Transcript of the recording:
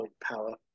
power